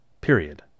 period